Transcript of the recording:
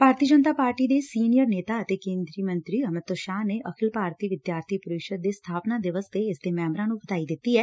ਭਾਰਤੀ Janata Party ਦੇ senior ਨੇਤਾ ਅਤੇ ਕੇਂਦਰੀ ਮੰਤਰੀ ਅਮਿਤ ਸ਼ਾਹ ਨੇ ਅਖਿਲ ਭਾਰਤੀ ਵਿਦਿਆਰਥੀ ਪਰਿਸ਼ਦ ਦੇ ਸਬਾਪਨਾ ਦਿਵਸ ਤੇ ਇਸ ਦੇ ਮੈਂਬਰਾਂ ਨੂੰ ਵਧਾਈ ਦਿੱਤੀ ਐ